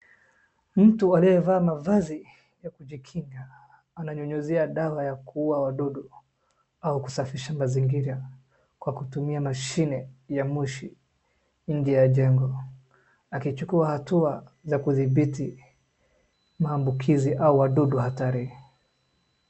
Mtu aliyevaa mavazi ya kujikinga ananyunyuzia dawa ya kuua wadudu au kusafisha mazingira kwa kutumia mashine ya moshi nje ya jengo. Akichukua hatua za kudhibiti maambukizi au wadudu hatari.